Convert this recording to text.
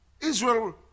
Israel